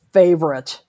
favorite